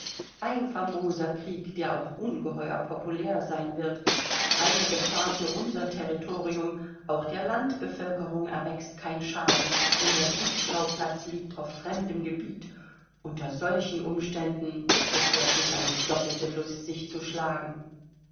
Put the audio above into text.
ein famoser krieg der auch ungeheuer populär sein wird keine gefahr für unser territorium auch der landbevölkerung erwächst kein schaden denn der kriegsschauplatz liegt auf fremdem gebiet unter solchen umständen ist es wirklich eine doppelte lust sich zu schlagen